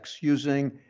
using